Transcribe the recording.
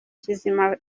kizima